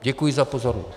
Děkuji za pozornost.